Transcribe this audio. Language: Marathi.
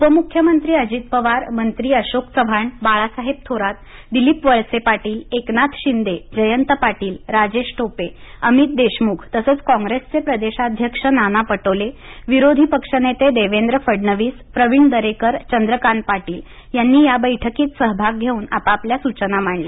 उपमुख्यमंत्री अजित पवार मंत्री अशोक चव्हाण बाळासाहेब थोरात दिलीप वळसे पाटील एकनाथ शिंदे जयंत पाटीलराजेश टोपे अमित देशमुख तसेच काँग्रेसचे प्रदेशाध्यक्ष नाना पटोले विरोधीपक्षनेते देवेंद्र फडणवीस प्रवीण दरेकर चंद्रकांत पाटील यांनी या बैठकीत सहभाग घेऊन आपल्या सूचना मांडल्या